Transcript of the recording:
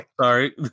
Sorry